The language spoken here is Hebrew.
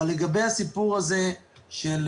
לגבי הסיפור של